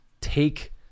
Take